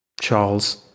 Charles